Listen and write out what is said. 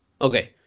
Okay